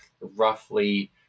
roughly